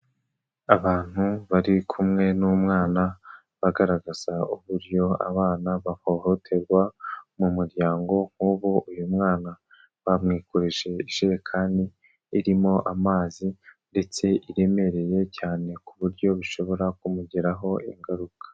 Abantu bari kumwe n'umwana, bagaragaza uburyo abana bahohoterwa mu muryango, nk'ubu uyu mwana bamwikoreje ijerekani irimo amazi, ndetse iremereye cyane ku buryo bishobora kumugiraho ingaruka.